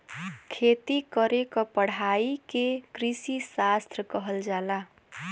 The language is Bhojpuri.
खेती करे क पढ़ाई के कृषिशास्त्र कहल जाला